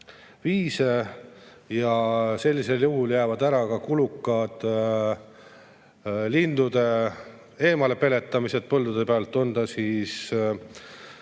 viise. Sellisel juhul jäävad ära ka kulukad lindude eemalepeletamised põldude pealt, on see siis